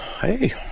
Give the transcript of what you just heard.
Hey